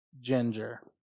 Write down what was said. ginger